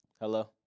Hello